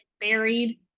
buried